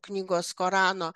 knygos korano